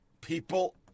People